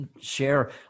share